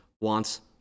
wants